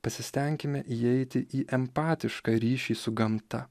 pasistenkime įeiti į empatišką ryšį su gamta